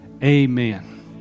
Amen